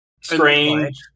strange